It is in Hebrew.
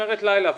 משמרת לילה.